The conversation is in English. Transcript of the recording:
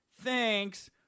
Thanks